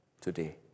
today